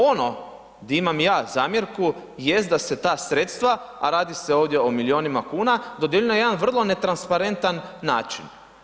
Ono gdje imam ja zamjerku jest da se ta sredstva a radi se ovdje o milijunima kuna dodjeljuju na jedan vrlo transparentan način.